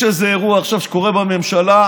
יש איזה אירוע עכשיו שקורה בממשלה.